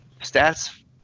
stats